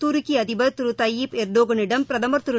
துருக்கி அதிபர் திரு தையிப் எர்டோகளிடம் பிரதமர் திரு